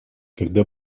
когда